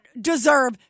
deserve